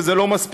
וזה לא מספיק.